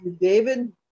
David